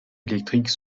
électrique